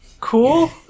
Cool